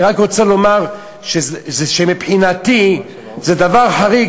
אני רק רוצה לומר שמבחינתי זה דבר חריג